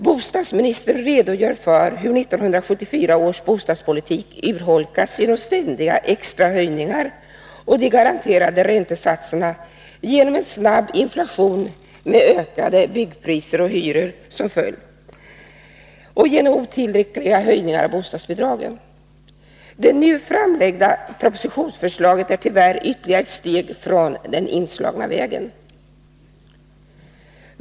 Bostadsministern redogör för hur 1974 års bostadspolitik urholkats genom ständiga extra höjningar av de garanterade räntesatserna, genom en snabb inflation med ökade byggpriser och hyror som följd och genom otillräckliga höjningar av bostadsbidragen. Det nu framlagda propositionsförslaget är tyvärr ytterligare ett steg på den inslagna vägen.